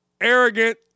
arrogant